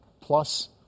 plus